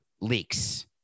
leaks